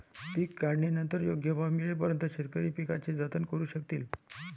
पीक काढणीनंतर योग्य भाव मिळेपर्यंत शेतकरी पिकाचे जतन करू शकतील